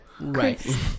Right